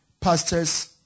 Pastors